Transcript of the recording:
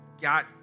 got